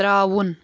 ترٛاوُن